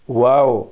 wow